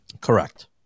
Correct